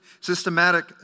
systematic